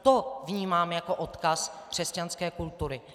To vnímám jako odkaz křesťanské kultury.